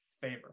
favor